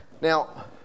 Now